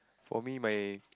for me my